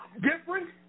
different